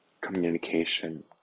communication